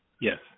Yes